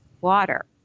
water